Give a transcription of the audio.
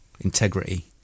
integrity